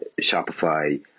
Shopify